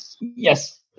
Yes